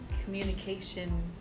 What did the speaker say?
communication